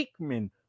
Aikman